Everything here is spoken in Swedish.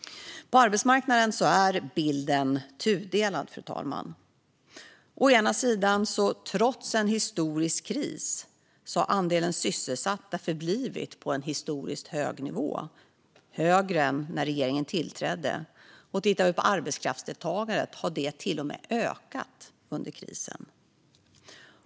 På arbetsmarknaden är bilden tudelad. Å ena sidan har andelen sysselsatta trots en historisk kris förblivit på en historiskt hög nivå. Den är högre än när regeringen tillträdde. Tittar vi på arbetskraftsdeltagandet ser vi att det till och med har ökat under krisen.